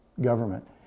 government